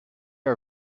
are